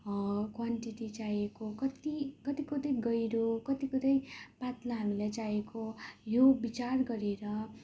quantity चाहिएको कत्ति कति कति गहिरो कति कति पातला हामीलाई चाहिएको हो यो विचार गरेर